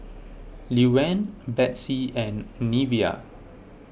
Luann Betsey and Neveah